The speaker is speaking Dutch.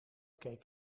keek